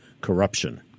corruption